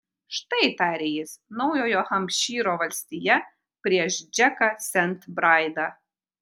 štai tarė jis naujojo hampšyro valstija prieš džeką sent braidą